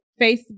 Facebook